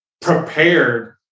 prepared